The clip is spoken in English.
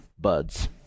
Buds